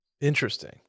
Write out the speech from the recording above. Interesting